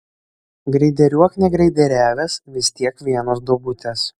greideriuok negreideriavęs vis tiek vienos duobutės